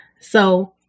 so-